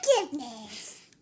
forgiveness